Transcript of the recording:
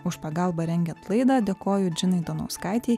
už pagalbą rengiant laidą dėkoju džinai donauskaitei